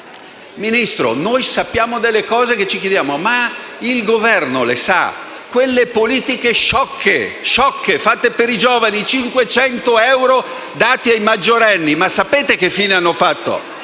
Ministro, noi sappiamo delle cose e ci chiediamo: ma il Governo lo sa? Prendiamo quelle politiche sciocche, fatte per i giovani, come i 500 euro dati ai maggiorenni: sapete che fine hanno fatto?